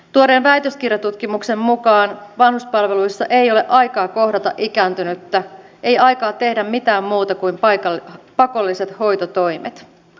tuoreen väitöskirjatutkimuksen mukaan vanhuspalveluissa ei ole aikaa kohdata ikääntynyttä ei aikaa tehdä mitään muuta kuin pakolliset hoitotoimet